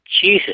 Jesus